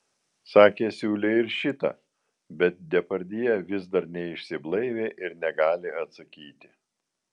sakė siūlė ir šitą bet depardjė vis dar neišsiblaivė ir negali atsakyti